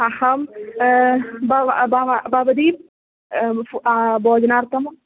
अहं भव भव भवती फ़ो भोजनार्थम्